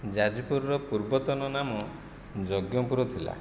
ଯାଜପୁରର ପୂର୍ବତନ ନାମ ଯଜ୍ଞପୁର ଥିଲା